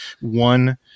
one